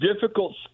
difficult